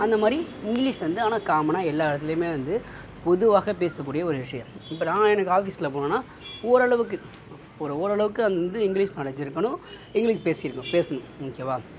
அந்தமாதிரி இங்கிலீஷ் வந்து ஆனால் காமனா எல்லா இடத்துலியுமே வந்து பொதுவாக பேச கூடிய ஒரு விஷயம் இப்போ நான் எனக்கு ஆஃபீஸில் போனால் ஓரளவுக்கு ஒரு ஓரளவுக்கு வந்து இங்கிலீஸ் நாலேஜ் இருக்கணும் இங்கிலீஷ் பேசிருக்கணும் பேசணும் ஓகேவா